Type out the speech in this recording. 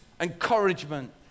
encouragement